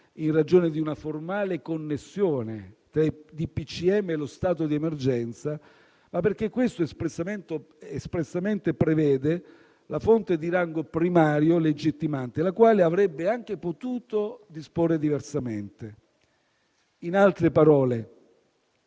in ragione di una formale connessione tra i DPCM e lo stato di emergenza, ma perché questo espressamente prevede la fonte di rango primario legittimante, la quale avrebbe anche potuto disporre diversamente. In altre parole,